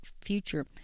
future